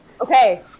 Okay